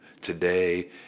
today